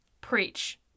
Preach